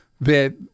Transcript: that-